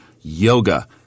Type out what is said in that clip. yoga